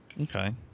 Okay